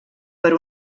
per